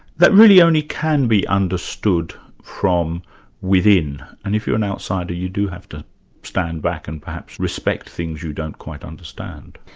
that really only can be understood understood from within. and if you're an outsider you do have to stand back and perhaps respect things you don't quite understand.